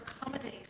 accommodate